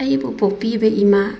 ꯑꯩꯕꯨ ꯄꯣꯛꯄꯤꯕ ꯏꯃꯥ